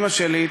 אימא שלי,